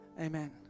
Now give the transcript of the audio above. amen